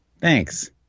Thanks